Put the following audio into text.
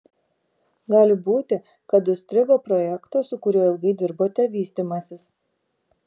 gali būti kad užstrigo projekto su kuriuo ilgai dirbote vystymasis